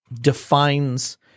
defines